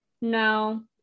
No